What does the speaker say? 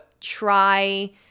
try